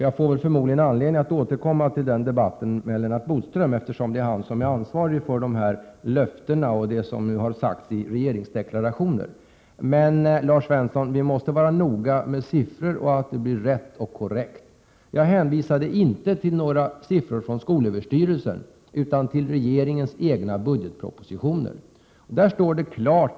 Jag får förmodligen anledning att återkomma till den debatten med Lennart Bodström, eftersom det är han som är ansvarig för de löften som har avgetts och det som har sagts i regeringsdeklarationer. Vi måste vara noga med att det blir korrekta siffror, Lars Svensson. Jag hänvisade inte till några siffror från skolöverstyrelsen, utan till regeringens egen budgetproposition.